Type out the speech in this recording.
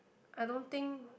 I don't think